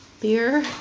beer